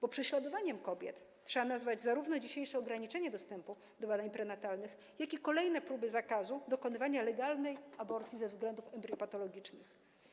Bo prześladowaniem kobiet trzeba nazwać zarówno dzisiejsze ograniczenie dostępu do badań prenatalnych, jak i kolejne próby zakazu dokonywania legalnej aborcji ze względów embriopatologicznych.